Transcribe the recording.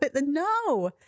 no